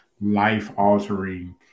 life-altering